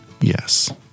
Yes